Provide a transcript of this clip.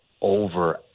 over